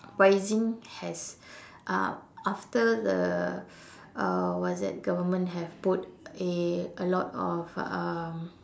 pricing has uh after the uh what's that government have put a a lot of um